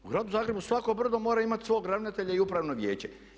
U gradu Zagrebu svako brdo mora imati svog ravnatelja i upravno vijeće.